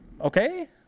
okay